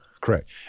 Correct